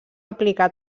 aplicar